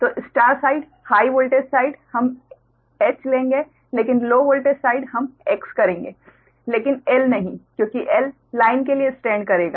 तो star side high voltage side हम H लेंगे लेकिन लो वोल्टेज साइड हम X लेंगे लेकिन L नहीं क्योंकि L लाइन के लिए स्टैंड करेगा